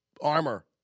armor